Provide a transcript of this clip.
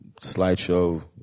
slideshow